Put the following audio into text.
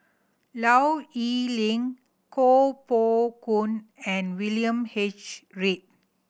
Low Yen Ling Koh Poh Koon and William H Read